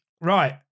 right